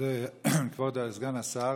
אני מודה לכבוד סגן השר.